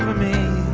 me